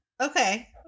Okay